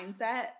mindset